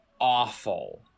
awful